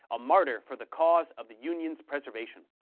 a martyr for the cause of the union's preservation.